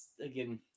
again